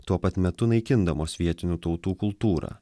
tuo pat metu naikindamos vietinių tautų kultūrą